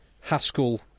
Haskell